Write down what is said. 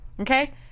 okay